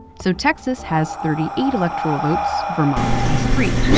so texas has thirty eight electoral votes. vermont has three.